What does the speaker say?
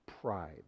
pride